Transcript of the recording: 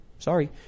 Sorry